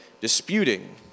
disputing